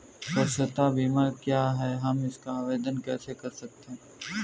स्वास्थ्य बीमा क्या है हम इसका आवेदन कैसे कर सकते हैं?